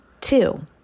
Two